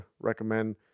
recommend